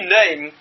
name